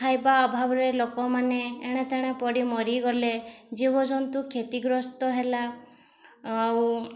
ଖାଇବା ଅଭାବରେ ଲୋକମାନେ ଏଣେ ତେଣେ ପଡ଼ି ମରିଗଲେ ଜୀବଜନ୍ତୁ କ୍ଷତିଗ୍ରସ୍ତ ହେଲା ଆଉ